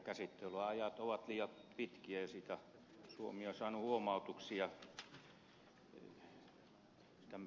käsittelyajat ovat liian pitkiä ja siitä suomi on saanut huomautuksia